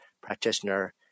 practitioner